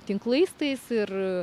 tinklais tais ir